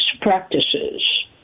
practices